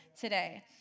today